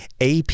AP